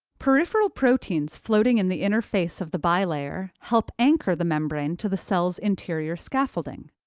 peripheral proteins floating in the inner face of the bilayer help anchor the membrane to the cell's interior scaffolding.